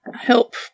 help